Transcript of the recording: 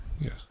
Yes